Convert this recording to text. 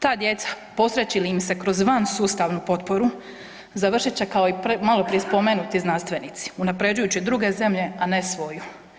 Ta djeca posreći li im se kroz van sustavnu potporu završit će kao i malo prije spomenuti znanstvenici unapređujući druge zemlje, a ne svoju.